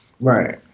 right